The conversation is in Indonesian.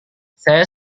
saya